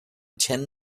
ten